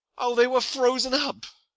o, they were frozen up!